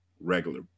regular